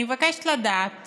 אני מבקשת לדעת